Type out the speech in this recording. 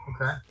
Okay